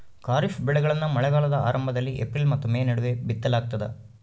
ಖಾರಿಫ್ ಬೆಳೆಗಳನ್ನ ಮಳೆಗಾಲದ ಆರಂಭದಲ್ಲಿ ಏಪ್ರಿಲ್ ಮತ್ತು ಮೇ ನಡುವೆ ಬಿತ್ತಲಾಗ್ತದ